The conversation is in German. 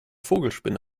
vogelspinne